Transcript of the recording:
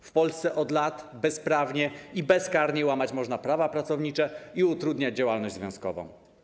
W Polsce od lat można bezprawnie i bezkarnie łamać prawa pracownicze i utrudniać działalność związkową.